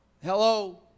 Hello